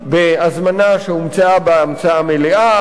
בהזמנה שהומצאה בה ההמצאה המלאה.